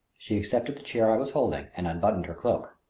she accepted the chair i was holding and unbuttoned her cloak.